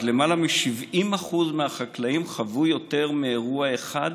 אז למעלה מ-70% מהחקלאים חוו לפחות אירוע אחד